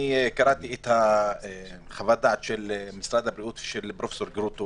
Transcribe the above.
קראתי את חוות הדעת של פרופ' גרוטו